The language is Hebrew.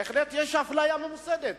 בהחלט יש אפליה ממוסדת,